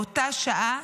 באותה שעה